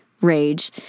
rage